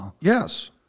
Yes